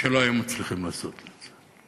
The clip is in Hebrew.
לא היו מצליחים לעשות את זה.